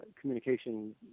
communication